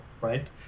right